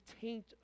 taint